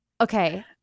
Okay